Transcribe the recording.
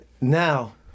Now